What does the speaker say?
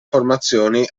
formazioni